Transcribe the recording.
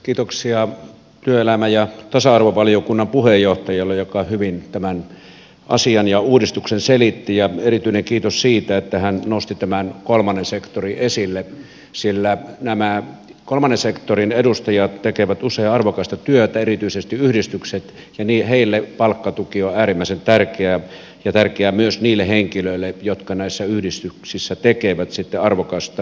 kiitoksia työelämä ja tasa arvovaliokunnan puheenjohtajalle joka hyvin tämän asian ja uudistuksen selitti ja erityinen kiitos siitä että hän nosti tämän kolmannen sektorin esille sillä nämä kolmannen sektorin edustajat tekevät usein arvokasta työtä erityisesti yhdistykset ja heille palkkatuki on äärimmäisen tärkeää ja tärkeää myös niille henkilöille jotka näissä yhdistyksissä tekevät arvokasta yhteiskunnallista työtä